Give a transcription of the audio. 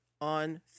on